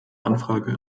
anfrage